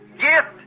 Gift